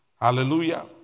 Hallelujah